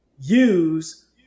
use